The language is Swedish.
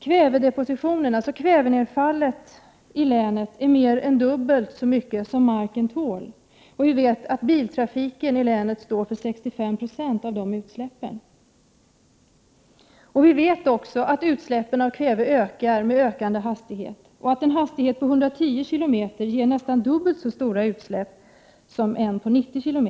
Kvävedepositionen i länet, dvs. kvävenedfallet, är mer än dubbelt så stort som det marken tål. Vi vet att biltrafiken i länet står för 65 Jo av dessa utsläpp. Vi vet också att utsläppen av kväve ökar med en högre hastighet. Vid en hastighet på 110 km tim.